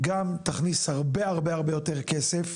גם תכניס הרבה הרבה יותר כסף,